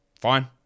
Fine